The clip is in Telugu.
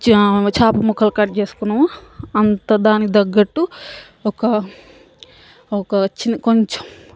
చేపముక్కలు కట్ చేసుకున్నామో అంత దానికి తగ్గట్టు ఒక ఒక చిన్న కొంచెం